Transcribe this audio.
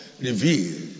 revealed